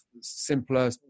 simpler